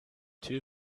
two